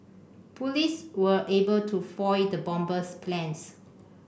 police were able to foil the bomber's plans